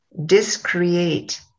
discreate